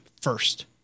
first